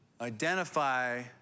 identify